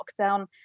lockdown